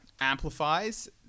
amplifies